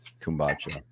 kombucha